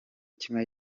kimwe